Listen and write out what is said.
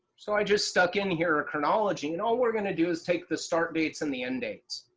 so i just stuck in here chronology and all we're going to do is take the start dates and the end dates.